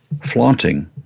flaunting